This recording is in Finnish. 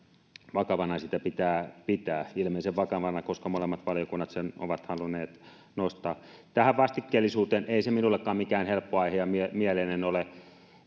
vakavana sitä pitää pitää ilmeisen vakavana koska molemmat valiokunnat sen ovat halunneet nostaa tähän vastikkeellisuuteen ei se minullekaan mikään helppo ja mieleinen aihe ole